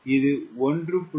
இது 1